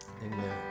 Amen